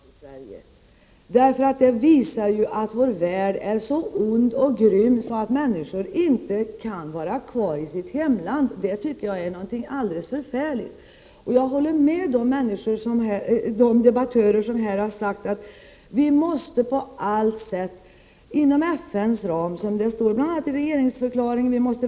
Herr talman! Nej, Maria Leissner, jag är inte glad över att så många asylsökande vill ha en fristad i Sverige. Det visar nämligen att vår värld är så ond och grym att människor inte kan vara kvar i sina hemländer. Det tycker jag är mycket förfärligt. Jag håller med de debattörer som här har sagt att vi måste verka på allt sätt, bl.a. inom FN:s ram så som det står i regeringsförklaringen.